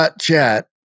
Chat